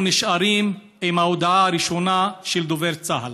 נשארים עם ההודעה הראשונה של דובר צה"ל.